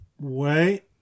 Wait